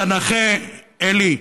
את הנכה, אלי,